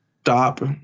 Stop